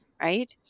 right